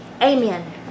amen